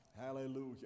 Hallelujah